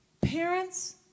Parents